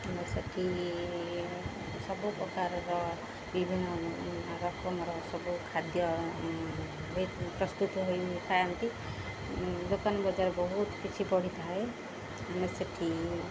ଆମେ ସେଠି ସବୁପ୍ରକାରର ବିଭିନ୍ନ ରକମର ସବୁ ଖାଦ୍ୟ ପ୍ରସ୍ତୁତ ହୋଇଥାଆନ୍ତି ଦୋକାନ ବଜାର ବହୁତ କିଛି ପଡ଼ିଥାଏ ଆମେ ସେଠି